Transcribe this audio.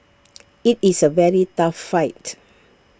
IT is A very tough fight